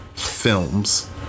films